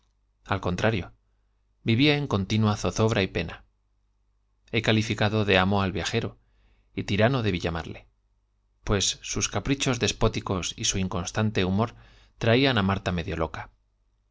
l contrario vivía en continua al tirano debí llamarle calificado de amo viajero y su inconstante humor pues sus caprichos despóticos y el viajero pare traían á marta medio loca